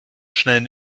schnellem